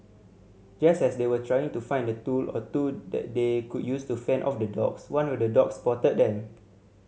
just as they were trying to find a tool or two that they could use to fend off the dogs one of the dogs spotted them